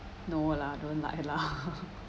no lah don't lie lah